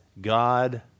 God